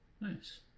Nice